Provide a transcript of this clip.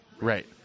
Right